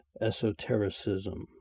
esotericism